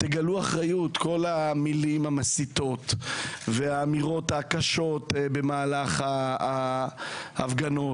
תגלו אחריות על כל המילים המסיתות והאמירות הקשות במהלך ההפגנות.